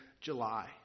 July